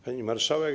Pani Marszałek!